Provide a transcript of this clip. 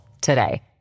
today